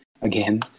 again